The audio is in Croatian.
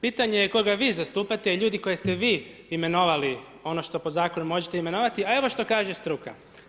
Pitanje je koga vi zastupate, jer ljudi koje ste vi imenovali, ono što po Zakonu možete imenovati, a evo što kaže struka.